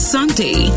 Sunday